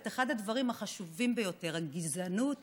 את אחד הדברים החשובים ביותר: הגזענות